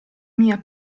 mia